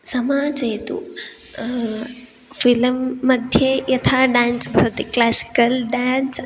समाजे तु फ़िलं मध्ये यथा डान्स् भवति क्लासिकल् डान्स्